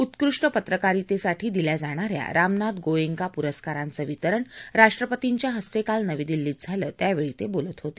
उत्कृष्ट पत्रकारितेसाठी दिल्या जाणाऱ्या रामनाथ गोएंका पुरस्काराचं वितरण राष्ट्रपतींच्या हस्ते काल नवी दिल्लीत झालं त्यावेळी ते बोलत होते